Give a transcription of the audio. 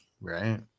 Right